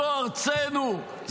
זו ארצנו,